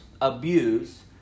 abuse